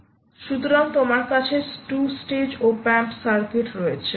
electronics সহ সুতরাং তোমার কাছে two stage op amp circuit রয়েছে